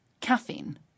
caffeine